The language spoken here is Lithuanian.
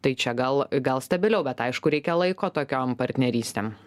tai čia gal gal stabiliau bet aišku reikia laiko tokiom partnerystėm